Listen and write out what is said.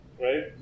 right